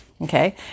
okay